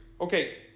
Okay